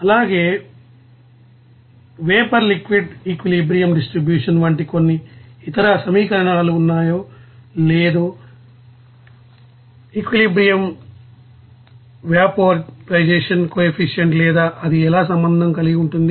అలాగేవేపర్ liquid equilibrium distribution వంటి కొన్ని ఇతర సమీకరణాలు ఉన్నాయో లేదో ఈక్విలిబ్రియం వాపోర్య్ జాషన్ కోఎఫిసిఎంట్ లేదా అది ఎలా సంబంధం కలిగి ఉంటుంది